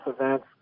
events